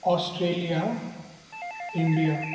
Australia India